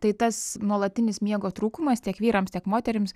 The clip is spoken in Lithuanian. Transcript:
tai tas nuolatinis miego trūkumas tiek vyrams tiek moterims